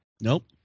Nope